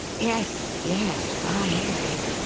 yes, yes, i hear it,